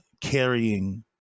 carrying